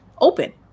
open